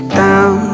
down